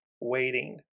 waiting